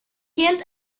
kent